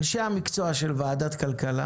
אנשי המקצוע של ועדת כלכלה,